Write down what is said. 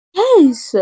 Yes